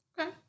Okay